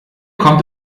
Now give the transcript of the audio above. kommt